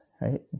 right